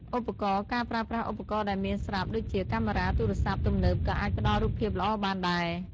ឧបករណ៍ ការប្រើប្រាស់ឧបករណ៍ដែលមានស្រាប់ដូចជាកាមេរ៉ាទូរស័ព្ទទំនើបក៏អាចផ្តល់រូបភាពល្អបានដែរ។